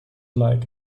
like